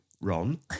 Ron